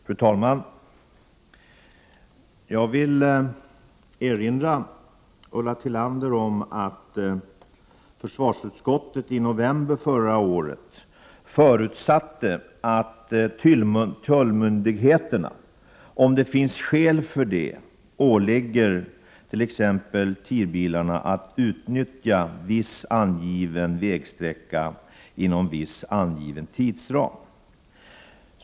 Fru talman! Jag vill erinra Ulla Tillander om att försvarsutskottet i november förra året förutsatte att tullmyndigheterna, om det finns skäl för det, ålägger TIR-bilarna att utnyttja viss angiven vägsträcka inom viss angiven tidsram.